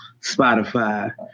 Spotify